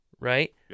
right